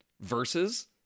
versus